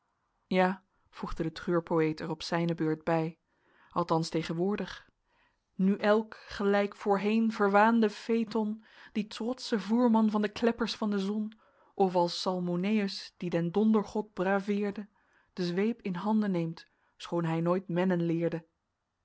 ja voegde de treurpoëet er op zijne beurt bij althans tegenwoordig nu elk gelijk voorheen verwaande phaëton die trotsche voerman van de kleppers van de zon of als salmoneus die den dondergod braveerde de zweep in handen neemt schoon hij nooit mennen leerde